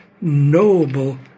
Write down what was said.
knowable